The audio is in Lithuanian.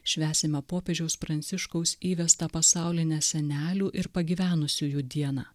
švęsime popiežiaus pranciškaus įvesta pasaulinė senelių ir pagyvenusiųjų dieną